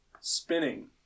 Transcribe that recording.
Spinning